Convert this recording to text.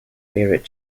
favourite